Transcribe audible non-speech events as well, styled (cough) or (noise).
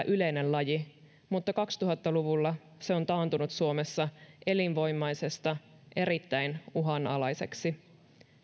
(unintelligible) yleinen laji mutta kaksituhatta luvulla se on taantunut suomessa elinvoimaisesta erittäin uhanalaiseksi